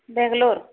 Bangalore